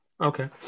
okay